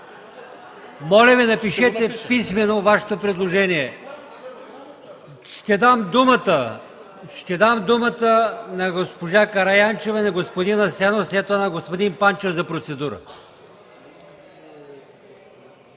Моля Ви, напишете писмено Вашето предложение. Ще дам думата на госпожа Караянчева и на господин Асенов, а след това на господин Панчев за процедура.